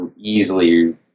easily